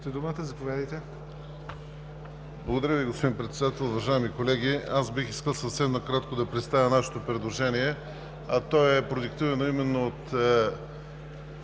Благодаря Ви, господин Председател. Уважаеми колеги, аз бих искал съвсем накратко да представя нашето предложение, а то е продиктувано именно от